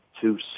two